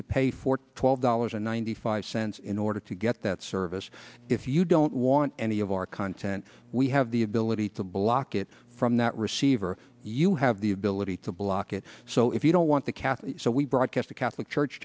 to pay for twelve dollars and ninety five cents in order to get that service if you don't want any of our content we have the ability to block it from that receiver you have the ability to block it so if you don't want the cathy so we broadcast a catholic church